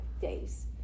days